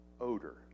odor